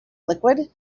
liquid